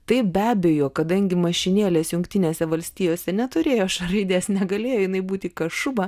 taip be abejo kadangi mašinėlės jungtinėse valstijose neturėjo š raidės negalėjo jinai būti kašuba